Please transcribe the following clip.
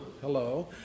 hello